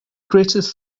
greatest